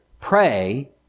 pray